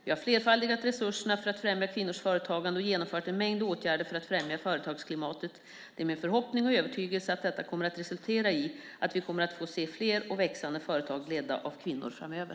Vi har flerfaldigat resurserna för att främja kvinnors företagande och genomfört en mängd åtgärder för att främja företagsklimatet. Det är min förhoppning och övertygelse att detta kommer att resultera i att vi kommer att få se fler och växande företag ledda av kvinnor framöver.